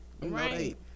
Right